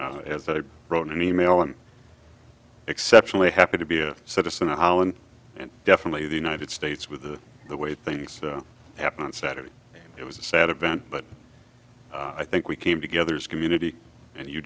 community as i wrote in an e mail an exceptionally happy to be a citizen of holland and definitely the united states with the way things happen on saturday it was a sad event but i think we came together as community and you